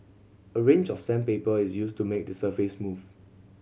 a range of sandpaper is used to make the surface smooth